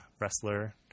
wrestler